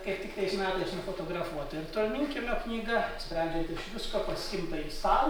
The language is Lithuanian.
kaip tik tais metais nufotografuota ir tolminkiemio knyga sprendžiant iš visko pasiimta ji sau